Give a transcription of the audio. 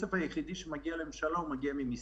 הכסף היחיד שמגיע לממשלה מגיע ממיסים.